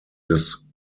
des